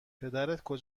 پدرت